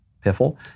piffle